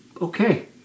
okay